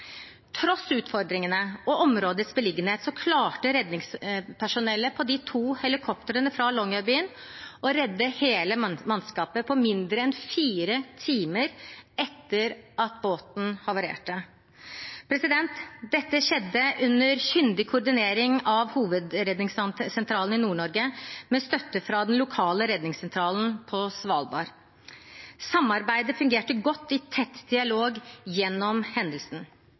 tross for utfordringene og områdets beliggenhet klarte redningspersonellet på de to helikoptrene fra Longyearbyen å redde hele mannskapet mindre enn fire timer etter at båten havarerte. Dette skjedde under kyndig koordinering av Hovedredningssentralen Nord-Norge med støtte fra den lokale redningssentralen på Svalbard. Samarbeidet fungerte godt, i tett dialog gjennom hendelsen.